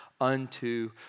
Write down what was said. unto